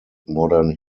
modern